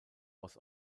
was